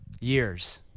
Years